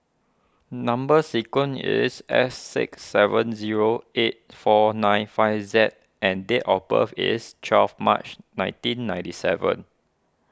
Number Sequence is S six seven zero eight four nine five Z and date of birth is twelve March nineteen ninety seven